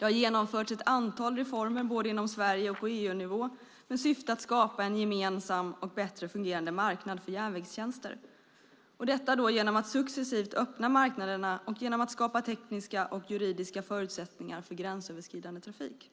Ett antal reformer har genomförts både inom Sverige och på EU-nivå med syfte att skapa en gemensam och bättre fungerande marknad för järnvägstjänster, detta genom att successivt öppna marknaderna och genom att skapa tekniska och juridiska förutsättningar för gränsöverskridande trafik.